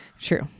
True